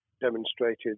demonstrated